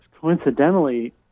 coincidentally